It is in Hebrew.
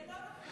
זה לא נכון.